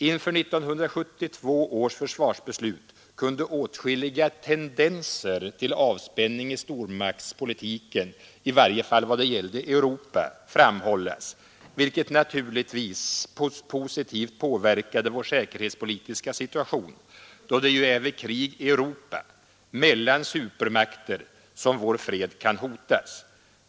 Inför 1972 års försvarsbeslut kunde åtskilliga tendenser till avspänning i stormaktspolitiken — i varje fall i vad det gällde Europa — framhållas, vilket naturligtvis positivt påverkade vår säkerhetspolitiska situation, då det ju är vid krig i Europa, mellan supermakterna, som vår fred kan hotas.